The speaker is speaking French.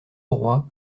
auroi